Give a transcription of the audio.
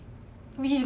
willing to splurge then